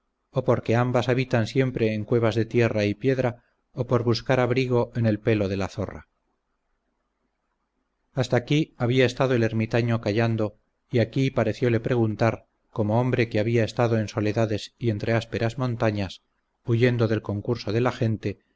o porque ambas habitan siempre en cuevas de tierra y piedra o por buscar abrigo en el pelo de la zorra hasta aquí había estado el ermitaño callando y aquí pareciole preguntar como hombre que había estado en soledades y entre ásperas montañas huyendo el concurso de la gente